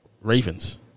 Ravens